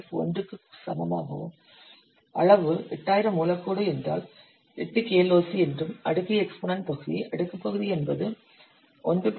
0 க்கு சமமாகவும் அளவு 8000 மூலக் கோடு என்றால் 8 kloc என்றும் அடுக்கு எக்ஸ்பொனென்ட பகுதி அடுக்கு பகுதி என்பது 1